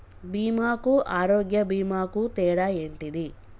బీమా కు ఆరోగ్య బీమా కు తేడా ఏంటిది?